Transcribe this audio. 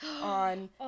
on